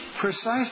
precisely